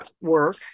work